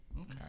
Okay